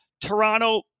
Toronto